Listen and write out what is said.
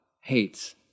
hates